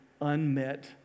unmet